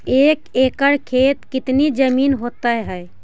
एक एकड़ खेत कितनी जमीन होते हैं?